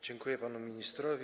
Dziękuję panu ministrowi.